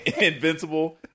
Invincible